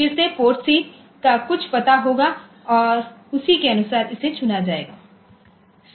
फिर से PORTC का कुछ पता होगा और उसी के अनुसार इसे चुना जाएगा